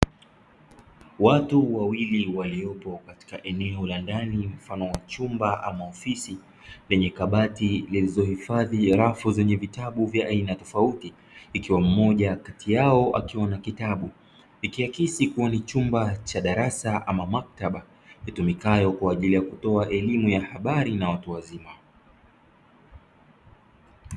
Watu wawili waliopo katika eneo la ndani mfano wa chumba ama ofisi, lenye kabati zilizohifadhi rafu zenye vitabu vya aina tofauti, ikiwa mmoja kati yao akiwa na kitabu; ikiakisi kuwa ni chumba cha darasa ama maktaba itumikayo kwa ajili ya kutoa elimu ya habari na watu wazima.